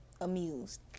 amused